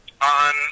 on